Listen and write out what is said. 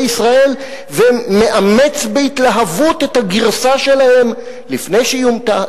ישראל ומאמץ בהתלהבות את הגרסה שלהם לפני שהיא אומתה,